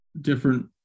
different